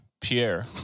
Pierre